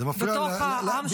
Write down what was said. זה מפריע.